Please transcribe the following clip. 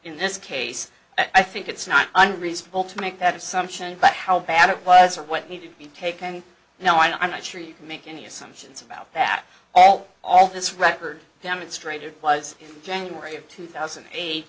in this case i think it's not unreasonable to make that assumption but how bad it was or what need to be taken now i'm not sure you can make any assumptions about that at all all this record demonstrated was in january of two thousand and eight